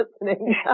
listening